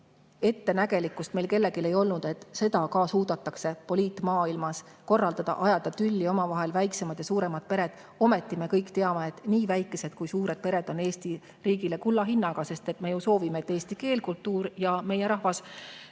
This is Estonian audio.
ettenägelikkust meil kellelgi ei olnud – et seda ka suudetakse poliitmaailmas korraldada, ajada tülli omavahel väiksemad ja suuremad pered. Ometi me kõik teame, et nii väikesed kui suured pered on Eesti riigile kulla hinnaga, sest me ju soovime, et eesti keel, kultuur ja meie rahvas